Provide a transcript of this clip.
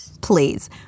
please